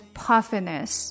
puffiness